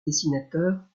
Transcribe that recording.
dessinateur